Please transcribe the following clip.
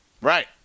Right